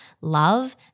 love